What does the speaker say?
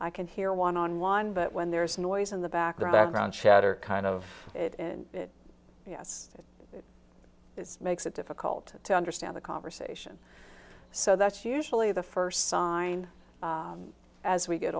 i can hear one on one but when there's noise in the background chatter kind of it and yes it is makes it difficult to understand the conversation so that's usually the first song as we get